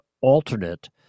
alternate